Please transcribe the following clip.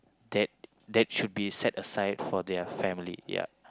that that should be set aside for their family ya